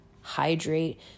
hydrate